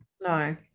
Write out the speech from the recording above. no